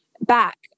back